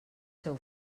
seu